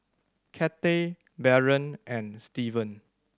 Cathey Barron and Steven